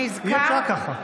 אי-אפשר ככה.